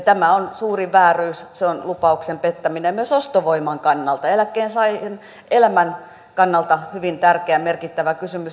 tämä on suuri vääryys se on lupauksen pettämistä ja myös ostovoiman kannalta eläkkeensaajien elämän kannalta hyvin tärkeä merkittävä kysymys